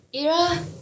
Ira